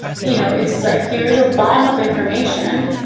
you know it's it's like here's a bomb of information,